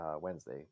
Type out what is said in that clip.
Wednesday